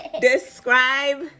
Describe